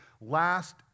last